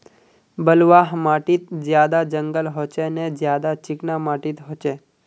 बलवाह माटित ज्यादा जंगल होचे ने ज्यादा चिकना माटित होचए?